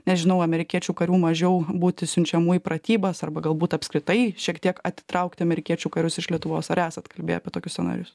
nežinau amerikiečių karių mažiau būti siunčiamų į pratybas arba galbūt apskritai šiek tiek atitraukti amerikiečių karius iš lietuvos ar esat kalbėję apie tokius scenarijus